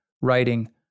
writing